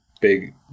big